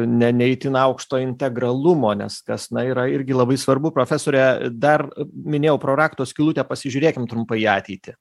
ne ne itin aukšto integralumo nes kas na yra irgi labai svarbu profesore dar minėjau pro rakto skylutę pasižiūrėkim trumpai į ateitį